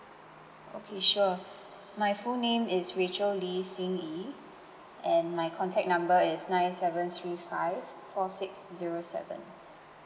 okay sure my full name is rachel lee sin yee and my contact number is nine seven three five four six zero seven